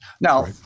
Now